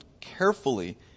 Carefully